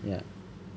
ya